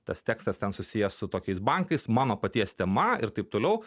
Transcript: tas tekstas ten susijęs su tokiais bankais mano paties tema ir taip toliau